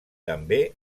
també